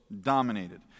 Dominated